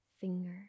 finger